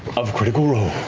of critical role.